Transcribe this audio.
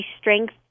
strength